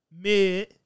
mid